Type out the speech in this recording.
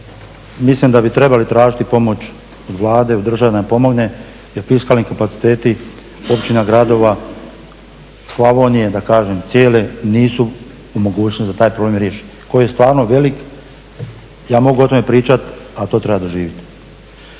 mislim da bi trebali tražiti pomoć od Vlade, jer ako država ne pomogne, jer fiskalni kapaciteti općina, gradova Slavonije, da kažem cijele nisu u mogućnosti da taj problem riješe, koji je stvarno velik. Ja mogu o tome pričati, ali to treba doživit.